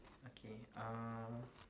okay uh